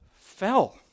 fell